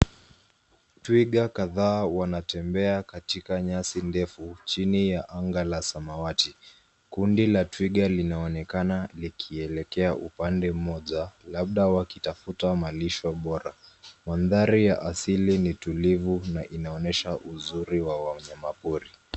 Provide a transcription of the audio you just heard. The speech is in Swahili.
Twiga kadhaa wanatembea katika nyasi ndefu chini ya anga la samawati. Kundi la twiga linaonekana likielekea upande mmoja labda wakitafuta malisho bora. Mandhari ya asili ni tulivu na inaonyesha uzuri wa wanyamapori.